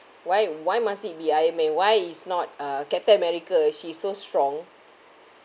why why must it be iron man why is not uh captain america he so strong